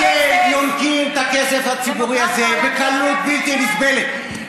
אתם יונקים את הכסף הציבורי הזה בקלות בלתי נסבלת.